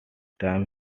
time